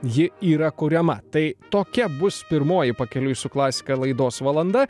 ji yra kuriama tai tokia bus pirmoji pakeliui su klasika laidos valanda